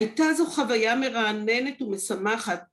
‫הייתה זו חוויה מרעננת ומשמחת.